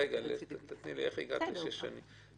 איך הגעת לשש שנים?